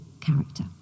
character